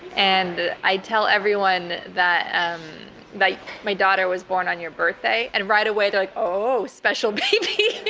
and i tell everyone that but my daughter was born on your birthday, and right away they're like, oh, special baby.